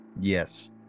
Yes